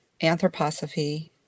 anthroposophy